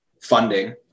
funding